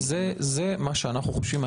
זה מה שאנחנו חושבים,